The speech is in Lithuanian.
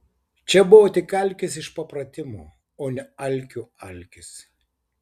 čia buvo tik alkis iš papratimo o ne alkių alkis